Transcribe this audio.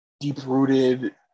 deep-rooted